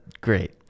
great